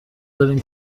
داریم